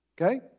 Okay